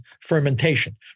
fermentation